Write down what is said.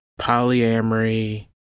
polyamory